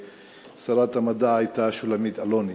כששרת המדע הייתה שולמית אלוני.